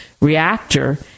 reactor